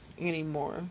anymore